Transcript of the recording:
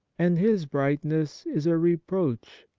and his brightness is a reproach,